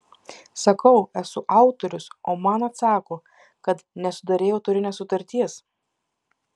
sakau esu autorius o man atsako kad nesudarei autorinės sutarties